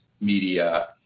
media